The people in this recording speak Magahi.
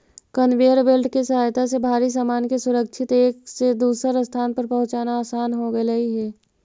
कनवेयर बेल्ट के सहायता से भारी सामान के सुरक्षित एक से दूसर स्थान पर पहुँचाना असान हो गेलई हे